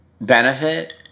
benefit